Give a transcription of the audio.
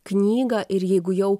knygą ir jeigu jau